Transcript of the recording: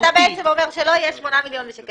אתה בעצם אומר שלא יהיה סכום של 8 מיליון שקלים.